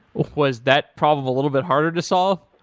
was that problem a little bit harder to solve?